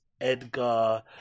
Edgar